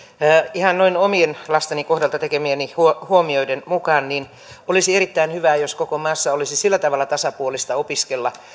ihan noin omien lasteni kohdalta tekemieni huomioiden mukaan olisi erittäin hyvä jos koko maassa olisi sillä tavalla tasapuolista opiskella